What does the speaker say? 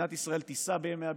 שמדינת ישראל תישא בימי הבידוד,